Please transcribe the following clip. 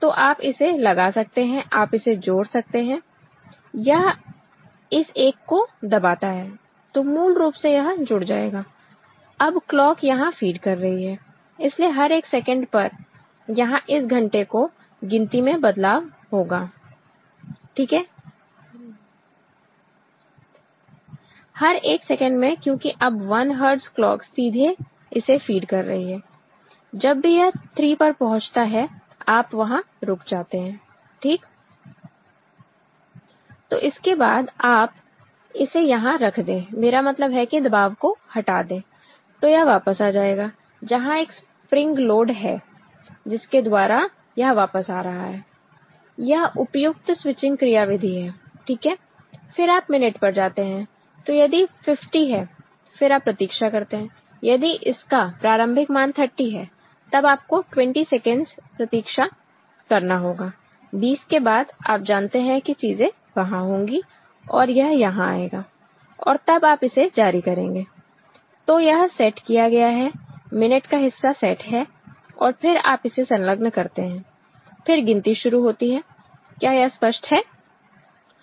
तो आप इसे लगा सकते हैं आप इसे जोड़ सकते हैं यह इस एक को दबाता है तो मूल रूप से यह जुड़ जाएगा अब क्लॉक यहां फीड कर रही हैइसलिए हर 1 सेकेंड पर यहां इस घंटे की गिनती में बदलाव होगा ठीक है हर एक सेकंड में क्योंकि अब 1 हर्टज़ क्लॉक इसे सीधे फीड कर रही है जब भी यह 3 पर पहुंचता है आप वहां रुक जाते हैं ठीक तो इसके बाद आप इसे यहाँ रख दें मेरा मतलब है कि दबाव को हटा दें तो यह वापस आ जाएगा जहां एक स्प्रिंग लोड है जिसके द्वारा यह वापस आ रहा है यह उपयुक्त स्विचिंग क्रियाविधि है ठीक है फिर आप मिनट पर जाते हैं तो यदि 50 है फिर आप प्रतीक्षा करते हैं यदि इसका प्रारंभिक मान 30 है तब आपको 20 सेकंड प्रतीक्षा करना होगा 20 के बाद आप जानते हैं कि चीजें वहां होंगी और यह यहां आएगा और तब आप इसे जारी करेंगे तो यह सेट किया गया है मिनट का हिस्सा सेट है और फिर आप इसे संलग्न करते हैं फिर गिनती शुरू होती है क्या यह स्पष्ट है